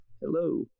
Hello